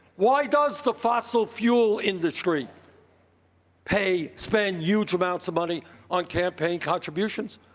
why does the fossil fuel industry pay spend huge amounts of money on campaign contributions?